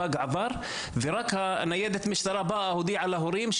הפג עבר ורק ניידת המשטרה הודיעה להורים.